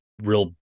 real